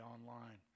online